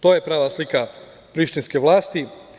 To je prava slika prištinske vlasti.